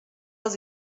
els